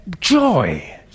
joy